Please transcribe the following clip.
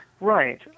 Right